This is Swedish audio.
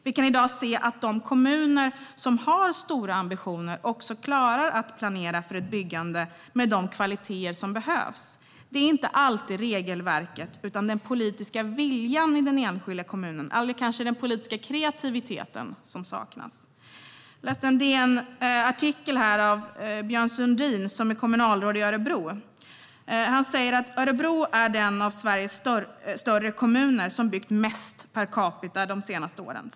Vi kan i dag se att de kommuner som har stora ambitioner också klarar att planera för ett byggande med de kvaliteter som behövs. Det är inte alltid regelverket som saknas, utan det kan vara den politiska viljan i den enskilda kommunen eller kanske den politiska kreativiteten. Jag läste en DN-artikel av Björn Sundin, kommunalråd i Örebro. Han skriver: "Örebro är den av Sveriges större kommuner . som byggt mest per capita de senaste åren.